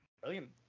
Brilliant